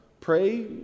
Pray